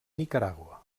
nicaragua